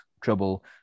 trouble